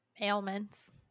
ailments